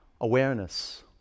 awareness